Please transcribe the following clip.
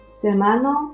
hermano